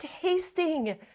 tasting